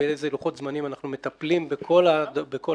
באיזה לוחות זמנים אנחנו מטפלים בכל הליקויים